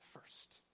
first